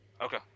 Okay